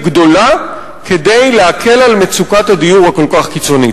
גדולה כדי להקל על מצוקת הדיור הכל-כך קיצונית.